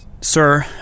Sir